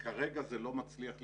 כרגע זה לא מצליח להתממש.